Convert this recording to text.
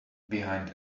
behind